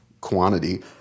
quantity